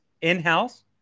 In-house